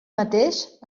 mateix